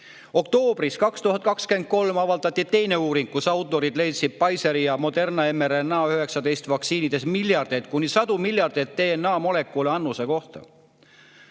Oktoobris 2023 avaldati teine uuring, kus autorid leidsid Pfizeri ja Moderna mRNA [COVID‑]19 vaktsiinides miljardeid, kuni sadu miljardeid DNA‑molekule annuse kohta.